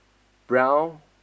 brown